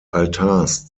altars